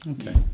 Okay